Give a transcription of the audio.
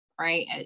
right